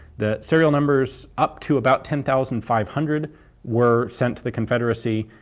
the serial numbers up to about ten thousand five hundred were sent to the confederacy.